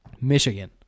Michigan